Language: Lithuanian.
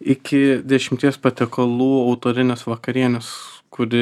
iki dešimties patiekalų autorinės vakarienės kuri